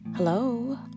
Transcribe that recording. Hello